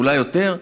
אולי יותר,